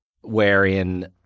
wherein